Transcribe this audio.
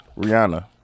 Rihanna